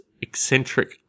eccentric